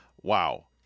wow